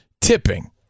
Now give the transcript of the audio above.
tipping